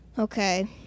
Okay